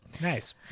Nice